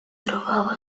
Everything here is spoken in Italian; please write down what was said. trovava